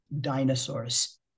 dinosaurs